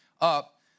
up